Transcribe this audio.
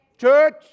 Church